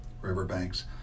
riverbanks